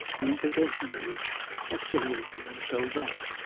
the implications of which are still working themselves out.